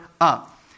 up